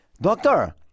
Doctor